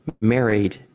married